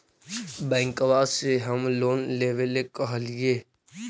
बैंकवा से हम लोन लेवेल कहलिऐ?